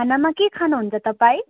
खानामा के खानु हुन्छ तपाई